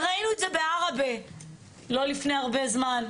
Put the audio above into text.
ואנחנו ראינו את זה בעראבה לא לפני הרבה זמן,